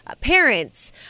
parents